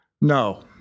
No